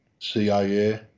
CIA